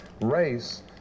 race